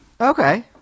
Okay